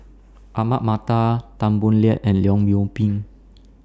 Ahmad Mattar Tan Boo Liat and Leong Yoon Pin